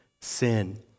sin